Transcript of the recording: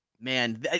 man